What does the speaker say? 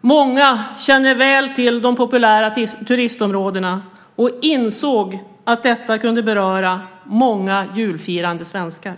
Många känner väl till de populära turistområdena och insåg att detta kunde beröra många julfirande svenskar